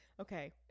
okay